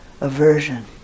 aversion